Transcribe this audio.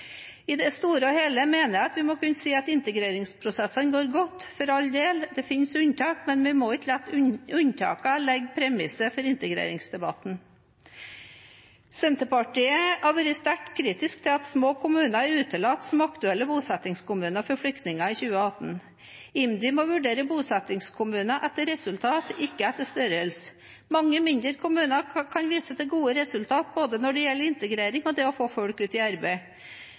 I det store og hele mener jeg vi må kunne si at integreringsprosessene går godt. For all del, det er unntak, men vi må ikke la unntakene legge premissene for integreringsdebatten. Senterpartiet har vært sterkt kritisk til at små kommuner er utelatt som aktuelle bosettingskommuner for flyktninger i 2018. IMDi må vurdere bosettingskommuner etter resultat, ikke etter størrelse. Mange mindre kommuner kan vise til gode resultater når det gjelder både integrering og det å få folk ut i arbeid.